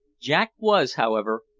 jack was, however,